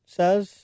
says